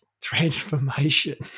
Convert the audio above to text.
transformation